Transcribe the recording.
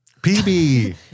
PB